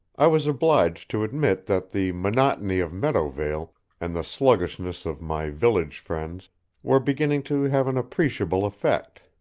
i was obliged to admit that the monotony of meadowvale and the sluggishness of my village friends were beginning to have an appreciable effect.